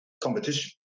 competition